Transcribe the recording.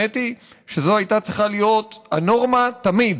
האמת היא שזאת הייתה צריכה להיות הנורמה תמיד.